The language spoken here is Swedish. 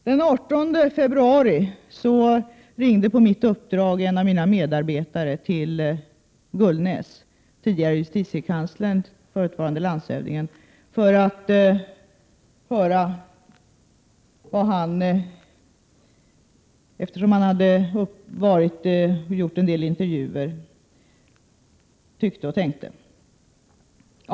Den 18 februari i år ringde en av mina medarbetare på mitt uppdrag till tidigare justitiekanslern och förutvarande landshövdingen Gullnäs för att höra vad han tyckte och tänkte eftersom han gjort en del intervjuer.